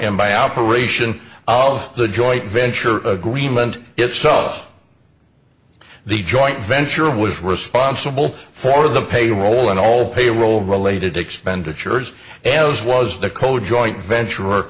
and by operation of the joint venture agreement itself the joint venture was responsible for the payroll and all payroll related expenditures as was the code joint ventur